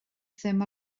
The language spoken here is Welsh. ddim